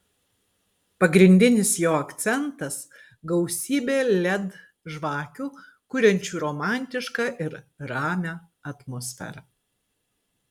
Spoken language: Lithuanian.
pagrindinis jo akcentas gausybė led žvakių kuriančių romantišką ir ramią atmosferą